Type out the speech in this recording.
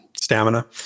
stamina